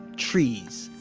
trees.